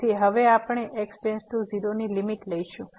તેથી હવે આપણે x → 0 ની લીમીટ લઈશું